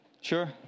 Sure